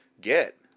get